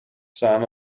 son